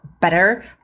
better